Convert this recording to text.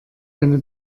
eine